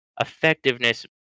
effectiveness